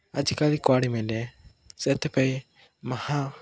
ଆଜିକାଲି କୁଆଡ଼େ ମିଳେ ସେଥିପାଇଁ ମହା